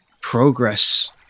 progress